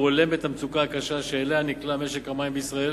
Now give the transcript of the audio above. והוא הולם את המצוקה הקשה שאליה נקלע משק המים בישראל